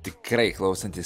tikrai klausantis